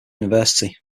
university